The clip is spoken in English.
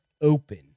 Open